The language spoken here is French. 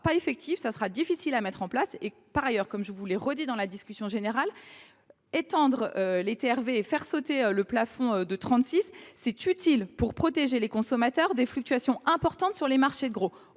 pas effective et qui sera difficile à mettre en place… Par ailleurs, comme je vous l’ai dit dans la discussion générale, étendre les TRVE et faire sauter le plafond de 36 kilovoltampères, c’est utile pour protéger les consommateurs des fluctuations importantes sur les marchés de gros.